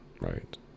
right